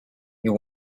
you